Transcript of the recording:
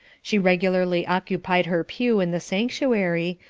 she regularly occupied her pew in the sanctuary,